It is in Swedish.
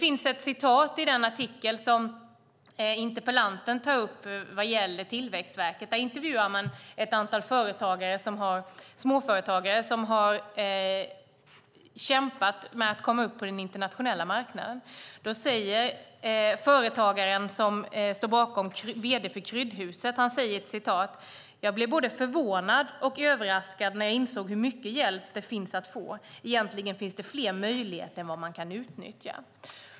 I den artikel som interpellanten tar upp om Tillväxtverket intervjuar man ett antal småföretagare som har kämpat för att komma in på den internationella marknaden. Företagaren, som är vd för Kryddhuset, säger: Jag blev både förvånad och överraskad när jag insåg hur mycket hjälp det finns att få. Egentligen finns det fler möjligheter än vad man kan utnyttja.